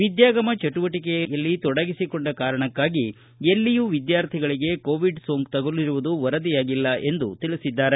ವಿದ್ಯಾಗಮ ಚಟುವಟಿಕೆಯಲ್ಲಿ ತೊಡಗಿಸಿಕೊಂಡ ಕಾರಣಕ್ಕಾಗಿ ಎಲ್ಲಿಯೂ ವಿದ್ಯಾರ್ಥಿಗಳಿಗೆ ಕೋವಿಡ್ ಸೋಂಕು ತಗುಲಿರುವುದು ವರದಿಯಾಗಿಲ್ಲ ಎಂದು ತಿಳಿಸಿದ್ದಾರೆ